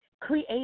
Create